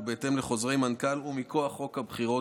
בהתאם לחוזרי מנכ"ל ומכוח חוק הבחירות,